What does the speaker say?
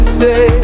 say